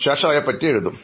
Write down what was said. ശേഷം അവയെപ്പറ്റി എഴുതും